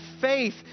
faith